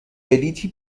بلیطی